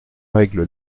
règle